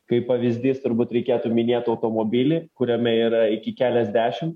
kaip pavyzdys turbūt reikėtų minėt automobilį kuriame yra iki keliasdešim